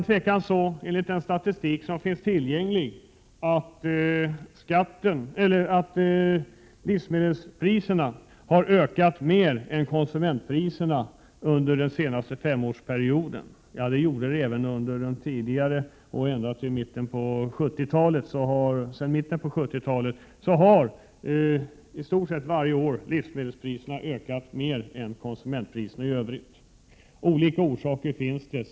Enligt tillgänglig statistik har livsmedelspriserna utan tvivel ökat mer än konsumentpriserna i övrigt under den senaste femårsperioden. Livsmedelspriserna har i stort sett ökat mer än konsument priserna i Övrigt varje år sedan mitten av 1970-talet. Det finns olika orsaker till detta.